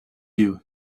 you